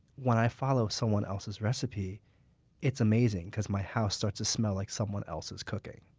when i follow someone else's recipe it's amazing because my house starts to smell like someone else's cooking.